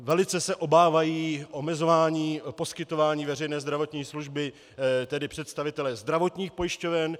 Velice se obávají omezování poskytování veřejné zdravotní služby, tedy představitelé zdravotních pojišťoven.